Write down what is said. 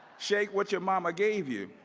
shake what your mama gave you.